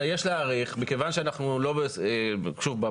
שוב,